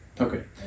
Okay